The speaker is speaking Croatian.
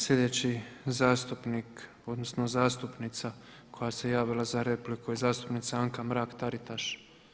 Sljedeći zastupnik, odnosno zastupnica koja se javila za repliku je zastupnica Anka Mrak-Taritaš.